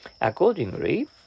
Accordingly